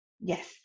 Yes